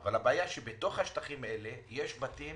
אבל הבעיה היא שבתוך השטחים האלה יש בתים